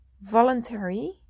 voluntary